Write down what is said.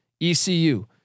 ECU